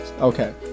okay